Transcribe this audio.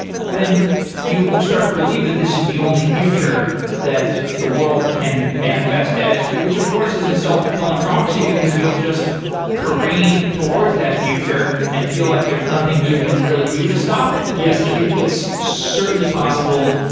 then you start to believe that this is the only future that the world can manifest as, which of course is a self-fulfilling prophecy, because you'll just careen towards that future and feel like there's nothing you can really do to stop it yes. i think that's certainly possible.